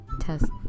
test